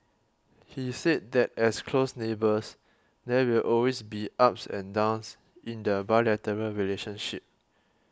he said that as close neighbours there will always be ups and downs in the bilateral relationship